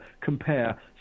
compare